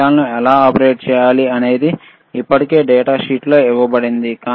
పరికరాలను ఎలా ఆపరేట్ చేయాలి అనేది ఇప్పటికే డేటా షీట్లో ఇవ్వబడింది